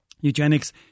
Eugenics